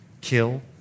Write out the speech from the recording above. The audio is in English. kill